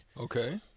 Okay